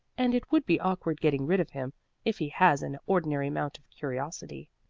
and it would be awkward getting rid of him if he has an ordinary amount of curiosity.